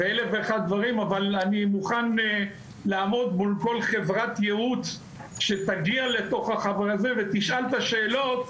אבל אני מוכן לעמוד מול כל חברת ייעוץ שתגיע ותשאל את השאלות,